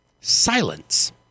Silence